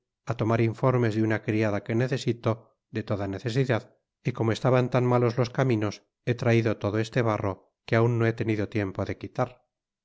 á tomar informes de una criada que necesito de toda necesidad y como estaban tan malos los caminos he traido todo este barro que aun no he tenido tiempo de quitar